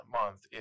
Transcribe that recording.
month